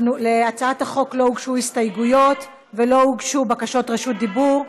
להצעת החוק לא הוגשו הסתייגויות ולא הוגשו בקשות רשות דיבור.